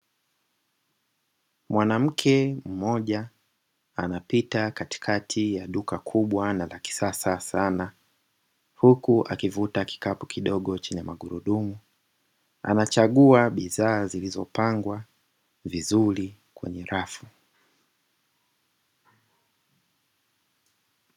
Mwanamke mmoja anapita katikati ya duka kubwa na la kisasa sana huku akivuta kikapu kidogo chenye magurudumu, anachagua bidhaa zilizopangwa vizuri kwenye rafu.